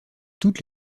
toutes